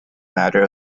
matter